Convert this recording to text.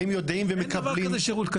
והם יודעים --- אין דבר כזה שירות קצר.